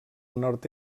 nord